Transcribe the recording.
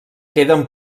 queden